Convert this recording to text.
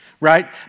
Right